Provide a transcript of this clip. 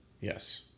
Yes